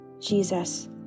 Jesus